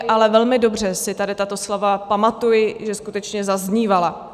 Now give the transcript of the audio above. Ale velmi dobře si tady tato slova pamatuji, že skutečně zaznívala.